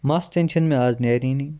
مَس تِنہٕ چھِنہٕ مےٚ آز نیرٲنی